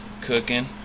Cooking